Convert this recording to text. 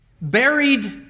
buried